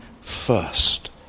first